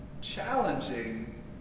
challenging